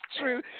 true